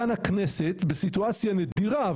כאן הכנסת בסיטואציה נדירה,